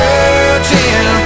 Searching